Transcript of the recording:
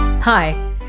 Hi